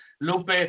Lupe